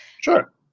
Sure